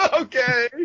Okay